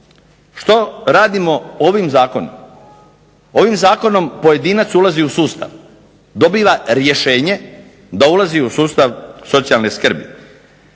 Što radimo ovim zakonom? Ovim zakonom pojedinac ulazi u sustav, dobiva rješenje da ulazi u sustav socijalne skrbi,